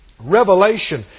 revelation